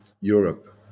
Europe